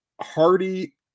Hardy